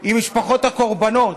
עם משפחות הקורבנות.